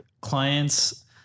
clients